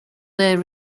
they